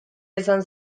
esan